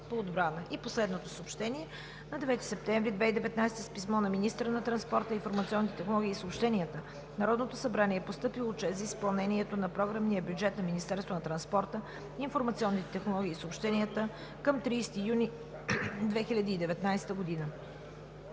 И последното съобщение: на 9 септември 2019 г. с писмо на министъра на транспорта, информационните технологии и съобщенията в Народното събрание е постъпил Отчет за изпълнението на програмния бюджет на Министерството на транспорта, информационните технологии и съобщенията към 30 юни 2019 г.